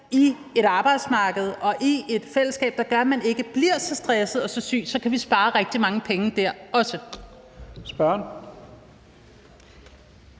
i et arbejdsmarked og i et fællesskab, der gør, at man ikke bliver så stresset og så syg, kan vi spare rigtig mange penge der også.